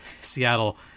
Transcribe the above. Seattle